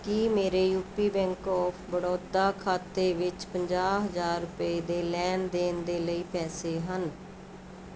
ਕੀ ਮੇਰੇ U P bank of Baroda ਖਾਤੇ ਵਿੱਚ ਪੰਜਾਹ ਹਜ਼ਾਰ ਰੁਪਏ ਦੇ ਲੈਣ ਦੇਣ ਦੇ ਲਈ ਪੈਸੇ ਹਨ